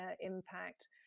impact